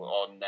on